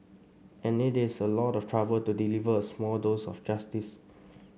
and it is a lot of trouble to deliver a small dose of justice